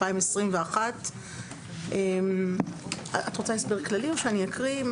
את רוצה הסביר כללי או שאני אקריא?